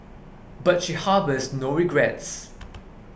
but she harbours no regrets